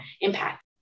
impact